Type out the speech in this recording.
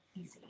easy